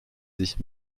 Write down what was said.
sich